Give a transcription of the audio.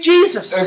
Jesus